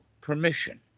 permission